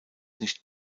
nicht